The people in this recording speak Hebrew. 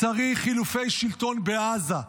צריך חילופי שלטון בעזה.